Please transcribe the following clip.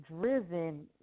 driven